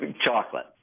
chocolate